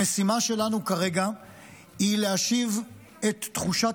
המשימה שלנו כרגע היא להשיב את תחושת